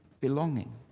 Belonging